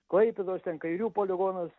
klaipėdos ten kairių poligonas